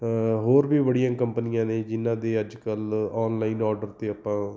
ਹੋਰ ਵੀ ਬੜੀਆਂ ਕੰਪਨੀਆਂ ਨੇ ਜਿਨ੍ਹਾਂ ਦੇ ਅੱਜ ਕੱਲ੍ਹ ਔਨਲਾਈਨ ਔਡਰ 'ਤੇ ਆਪਾਂ